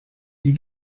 die